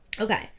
Okay